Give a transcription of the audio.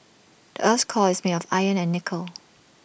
the Earth's core is made of iron and nickel